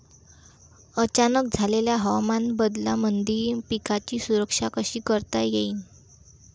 अचानक झालेल्या हवामान बदलामंदी पिकाची सुरक्षा कशी करता येईन?